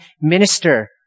minister